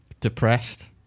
depressed